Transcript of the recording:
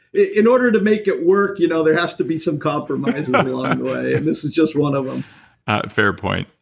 in order to make it work you know there has to be some compromise along and the like way, and this is just one of them a fair point.